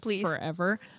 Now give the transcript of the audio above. forever